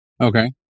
Okay